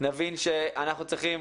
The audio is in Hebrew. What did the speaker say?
נבין שאנחנו צריכים